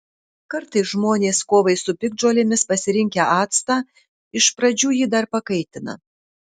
kartais žmonės kovai su piktžolėmis pasirinkę actą iš pradžių jį dar pakaitina